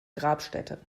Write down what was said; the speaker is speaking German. grabstätte